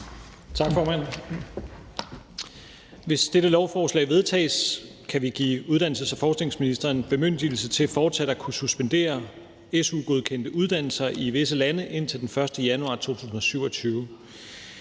Tak, formand. Hvis dette lovforslag vedtages, kan vi give uddannelses- og forskningsministeren bemyndigelse til fortsat at kunne suspendere su-godkendte uddannelser i visse lande indtil den 1. januar 2027.